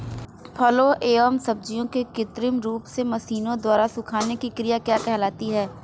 फलों एवं सब्जियों के कृत्रिम रूप से मशीनों द्वारा सुखाने की क्रिया क्या कहलाती है?